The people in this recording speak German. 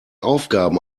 aufgaben